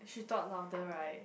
should talk louder right